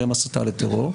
והם הסתה לטרור,